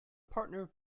partner